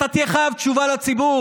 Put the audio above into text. אתה תהיה חייב תשובה לציבור.